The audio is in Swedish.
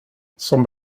som